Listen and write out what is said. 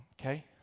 okay